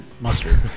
mustard